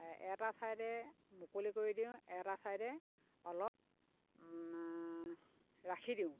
এটা ছাইডে মুকলি কৰি দিওঁ এটা ছাইড অলপ ৰাখি দিওঁ